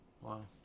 Wow